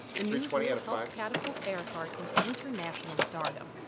the newsreel helped catapult earhart into international stardom.